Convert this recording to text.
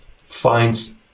finds